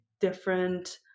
Different